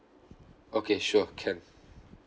okay sure can